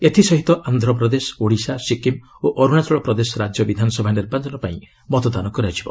ଏଥିସହିତ ଆନ୍ଧ୍ରପ୍ରଦେଶ ଓଡ଼ିଶା ସିକ୍କିମ୍ ଓ ଅରୁଣାଚଳ ପ୍ରଦେଶ ରାଜ୍ୟ ବିଧାନସଭା ନିର୍ବାଚନ ପାଇଁ ମଧ୍ୟ ମତଦାନ କରାଯିବ